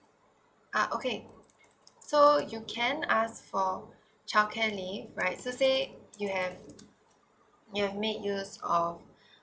ah okay so you can ask for childcare leave right so say you have you have made used of